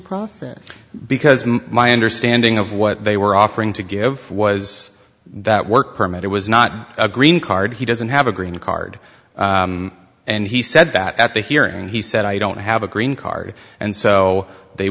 process because my understanding of what they were offering to give was that work permit it was not a green card he doesn't have a green card and he said that at the hearing he said i don't have a green card and so they